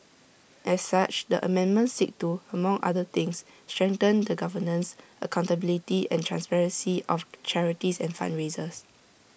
as such the amendments seek to among other things strengthen the governance accountability and transparency of charities and fundraisers